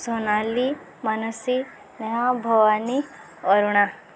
Sonali Mansi Neha Bhavani Aruna